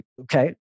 Okay